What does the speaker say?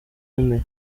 yemeye